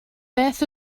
beth